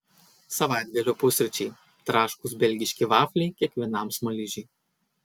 savaitgalio pusryčiai traškūs belgiški vafliai kiekvienam smaližiui